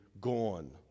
gone